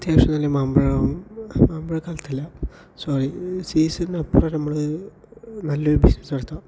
അത്യാവശ്യം നല്ല മാമ്പഴം മാമ്പഴക്കാലത്തല്ല സോറി സീസൺ അപ്പറെ നമ്മള് നല്ലൊരു ബിസ്സിനെസ്സ് നടത്താം